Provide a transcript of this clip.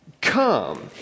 come